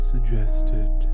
Suggested